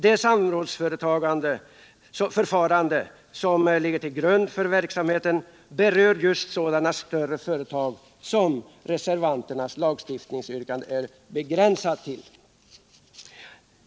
Det samrådsförfarande som ligger till grund för verksamheten berör just sådana större företag som reservanternas lagstiftningsyrkande är begränsat till.